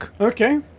Okay